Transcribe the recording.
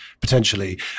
potentially